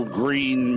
green